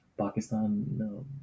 Pakistan